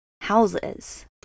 houses